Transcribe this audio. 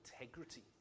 integrity